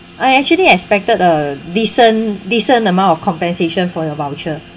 I actually expected a decent decent amount of compensation for your voucher